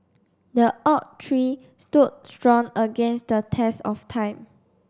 the oak tree stood strong against the test of time